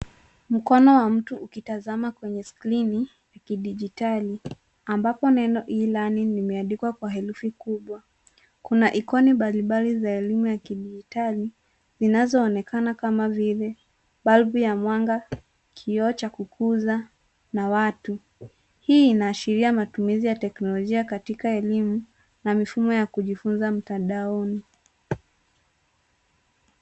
Mkono wa mtu ukitazama kwenye skrini ya kidijitali ambapo neno E_ Learning limeandikwa kwa herufi kubwa. Kuna ikoni mbalimbali za elimu ya kidijitali zinazoonekana kama vile balbu ya mwanga, kioo cha kukuza na watu. Hii inaashiria matumizi ya teknolojia katika elimu na mifumo ya kujifunza mtandaoni.